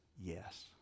yes